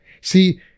See